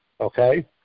Okay